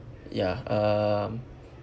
ya um